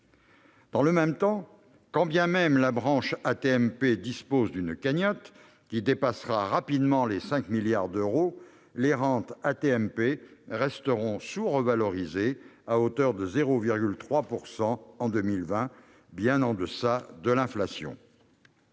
Dans le même temps, quand bien même la branche AT-MP dispose d'une cagnotte qui dépassera rapidement les 5 milliards d'euros, les rentes AT-MP resteront sous-revalorisées, à hauteur de 0,3 % en 2020, bien en deçà de l'inflation.